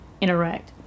interact